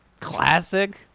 classic